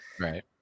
Right